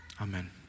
Amen